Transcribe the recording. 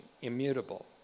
immutable